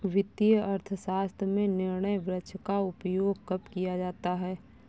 वित्तीय अर्थशास्त्र में निर्णय वृक्ष का उपयोग कब किया जाता है?